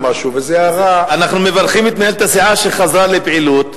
אנחנו מברכים את מנהל הסיעה שחזר לפעילות,